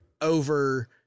over